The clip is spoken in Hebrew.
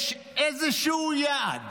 יש איזשהו יעד